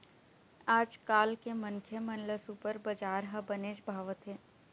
आजकाल के मनखे मन ल सुपर बजार ह बनेच भावत हे